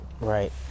Right